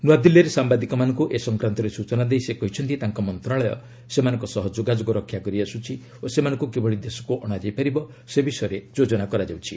ନ୍ନଆଦିଲ୍ଲୀରେ ସାମ୍ଭାଦିକମାନଙ୍କୁ ଏ ସଂକ୍ରାନ୍ତରେ ସୂଚନା ଦେଇ ସେ କହିଛନ୍ତି ତାଙ୍କ ମନ୍ତ୍ରଣାଳୟ ସେମାନଙ୍କ ସହ ଯୋଗାଯୋଗ ରକ୍ଷା କରିଆସୁଛି ଓ ସେମାନଙ୍କୁ କିଭଳି ଦେଶକୁ ଅଣାଯାଇ ପାରିବ ସେ ବିଷୟରେ ଯୋଜନା କରାଯାଉଛି